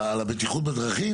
על הבטיחות בדרכים?